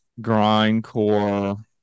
grindcore